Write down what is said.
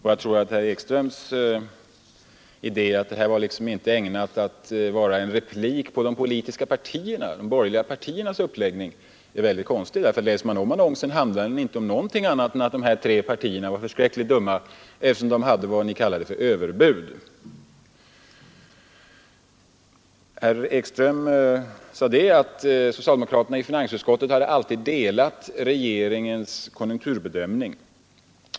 Herr Ekströms uttalande att det här inte var ägnat att utgöra en replik på de borgerliga partiernas uppläggning är väldigt konstigt, för läser man annonsen igen finner man att den inte handlar om någonting annat än att de här tre partierna var förskräckligt dumma, eftersom de hade vad socialdemokra terna kallade för överbud. Herr Ekström sade att socialdemokraterna i finansutskottet hade alltid delat regeringens konjunkturbedömning.